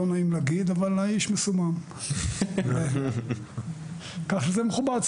לא נעים להגיד, אבל האיש מסומם, כך שזה מכובד.